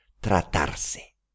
tratarse